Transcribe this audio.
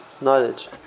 knowledge